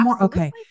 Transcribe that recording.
Okay